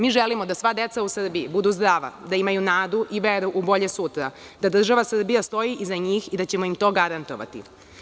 Mi želimo da sva deca u Srbiji budu zdrava, da imaju nadu i veru u bolje sutra, da država Srbija stoji iza njih i da ćemo im to garantovati.